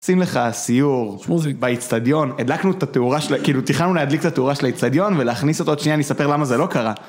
שים לך סיור, באיצטדיון, כאילו תיכננו להדליק את התאורה של האיצטדיון ולהכניס אותו עוד שנייה נספר למה זה לא קרה.